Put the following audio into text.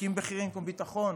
תיקים בכירים כמו ביטחון,